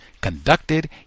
conducted